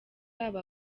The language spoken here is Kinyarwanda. aba